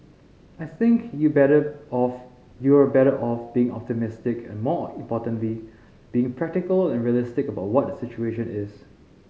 I think you better off you're better off being optimistic and more importantly being practical and realistic about what the situation is